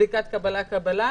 בדיקת קבלה קבלה.